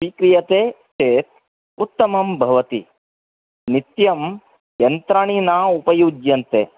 स्वीक्रियते चेत् उत्तमं भवति नित्यं यन्त्राणि न उपयुज्यन्ते